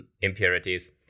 Impurities